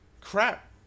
Crap